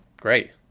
great